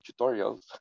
tutorials